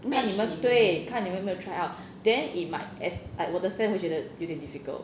看你们对看你们 try out then it might as 我的 friend 会觉得有点 difficult